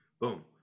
Boom